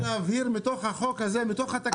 רק להבהיר מתוך החוק הזה, מתוך התקנות.